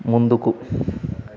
ముందుకు